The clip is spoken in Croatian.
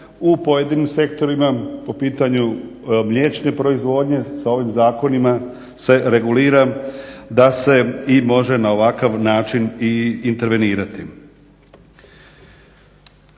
u pojedinim sektorima po pitanju mliječne proizvodnje, sa ovim zakonima se regulira da se i može na ovakav način i intervenirati.